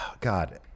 God